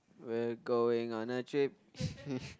we're going on a trip